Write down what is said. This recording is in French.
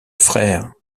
frère